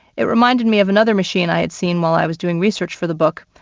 it reminded me of another machine i had seen while i was doing research for the book,